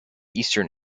eastern